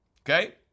Okay